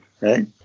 right